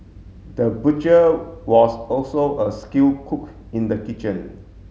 the butcher was also a skilled cook in the kitchen